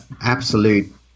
absolute